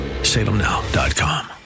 Salemnow.com